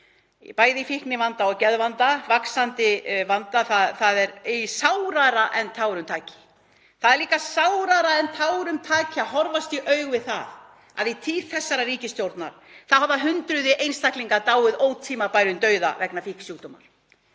bæði í fíknivanda og geðvanda, vaxandi vanda. Það er sárara en tárum taki. Það er líka sárara en tárum taki að horfast í augu við það að í tíð þessarar ríkisstjórnar hafa hundruð einstaklinga dáið ótímabærum dauða vegna fíknisjúkdóma.